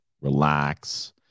relax